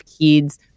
kids